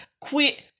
quit